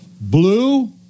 blue